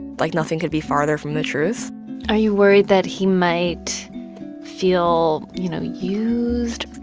like, nothing could be farther from the truth are you worried that he might feel, you know, used?